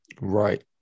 Right